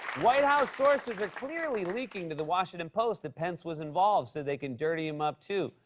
white house sources are clearly leaking to the washington post that pence was involved so they can dirty him up, too.